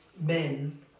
men